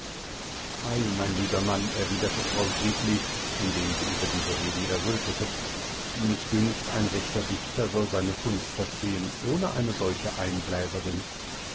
ei mein lieber mann erwiderte frau gritli indem sie über diese reden errötete mich dünkt ein rechter dichter soll seine kunst verstehen ohne eine solche einbläserin